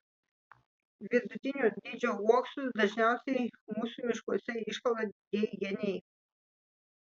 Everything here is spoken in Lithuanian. vidutinio dydžio uoksus dažniausiai mūsų miškuose iškala didieji geniai